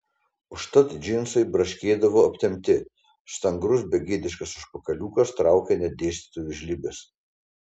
užtat džinsai braškėdavo aptempti stangrus begėdiškas užpakaliukas traukė net dėstytojų žlibes